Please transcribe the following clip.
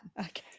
Okay